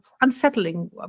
unsettling